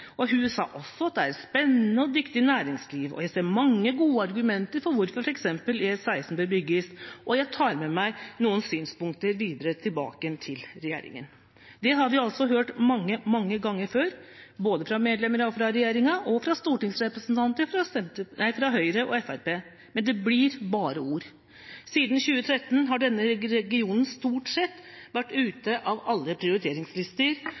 og at hun ser mange gode argumenter for hvorfor f.eks. E16 bør bygges, og at hun ville ta med seg noen synspunkter tilbake til regjeringen. Det har vi hørt mange ganger før, både fra medlemmer fra regjeringen og fra stortingsrepresentanter fra Høyre og Fremskrittspartiet, men det blir bare ord. Siden 2013 har denne regionen stort sett vært ute av alle prioriteringslister,